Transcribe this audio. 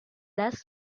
less